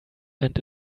and